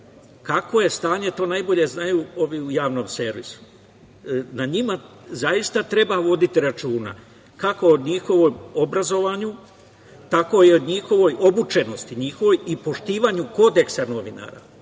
Kakvo je stanje to najbolje znaju ovi u Javnom servisu. O njima zaista treba voditi računa, kako o njihovom obrazovanju, tako i o njihovoj obučenosti i poštovanju Kodeksa novinara.